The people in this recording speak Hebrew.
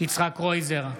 יצחק קרויזר,